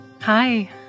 Hi